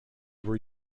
were